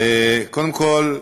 קודם כול,